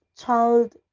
child